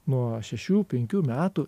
nuo šešių penkių metų